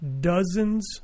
dozens